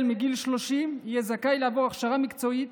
מגיל 30 יהא זכאי לעבור הכשרה מקצועית,